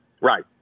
right